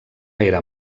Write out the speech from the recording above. era